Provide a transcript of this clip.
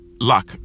luck